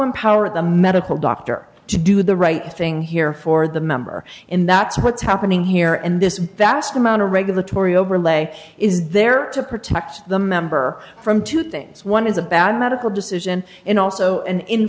empower the medical doctor to do the right thing here for the member and that's what's happening here and this vast amount of regulatory overlay is there to protect the member from two things one is a bad medical decision in also an